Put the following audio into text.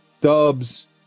Dubs